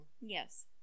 Yes